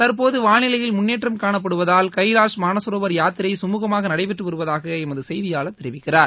தற்போது வானிலையில் முன்னேற்றம் காணப்படுவதால் கைலாஷ் மானசரவோர் யாத்திரை சுமூகமாக நடைபெற்று வருவதாக எமது செய்தியாளர் தெரிவிக்கிறார்